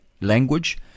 language